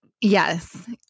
yes